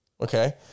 Okay